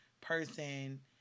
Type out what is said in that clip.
person